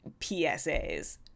PSAs